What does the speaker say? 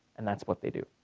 and that's what they do.